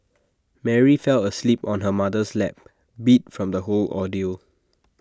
Mary fell asleep on her mother's lap beat from the whole ordeal